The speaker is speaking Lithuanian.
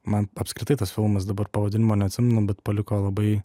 man apskritai tas filmas dabar pavadinimo neatsimenu bet paliko labai